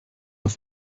auf